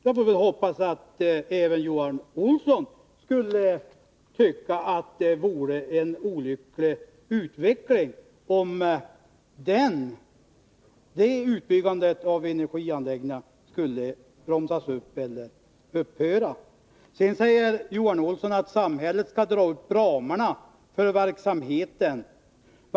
Man får väl hoppas att även Johan Olsson tycker att det vore en olycklig utveckling, om uppförandet av energianläggningar skulle bromsas upp eller upphöra. Johan Olsson säger att samhället skall dra upp ramarna för verksamheten.